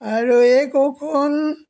আৰু এই কৌশল